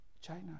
China